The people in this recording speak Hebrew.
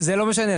זה לא משנה,